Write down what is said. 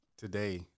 Today